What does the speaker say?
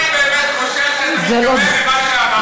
עכשיו אני באמת חושב שאתה מתכוון למה שאמרת.